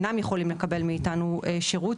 אינם יכולים לקבל מאיתנו שירות,